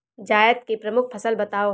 जायद की प्रमुख फसल बताओ